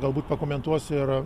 galbūt pakomentuos ir